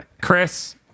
Chris